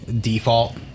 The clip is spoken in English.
Default